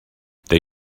they